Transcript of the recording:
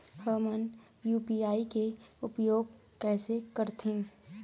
हमन यू.पी.आई के उपयोग कैसे करथें?